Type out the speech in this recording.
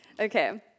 Okay